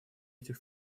этих